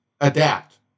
adapt